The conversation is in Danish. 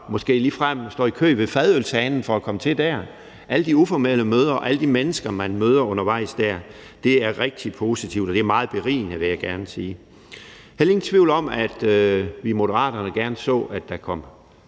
måske ligefrem står i kø ved fadølshanen for at komme til der. Alle de uformelle møder og alle de mennesker, man møder undervejs, er rigtig positivt, og det er meget berigende, vil jeg gerne sige. Der er heller ingen tvivl om, at vi i Moderaterne gerne så, at der kom